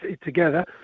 together